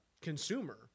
consumer